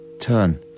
turn